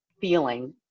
feeling